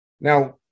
Now